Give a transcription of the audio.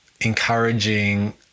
encouraging